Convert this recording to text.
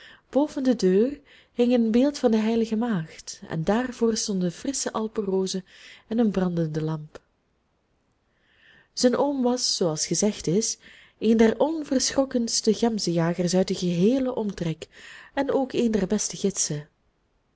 boven de deur hing een beeld van de heilige maagd en daarvoor stonden frissche alpenrozen en een brandende lamp zijn oom was zooals gezegd is een der onverschrokkenste gemzenjagers uit den geheelen omtrek en ook een der beste gidsen